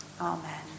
amen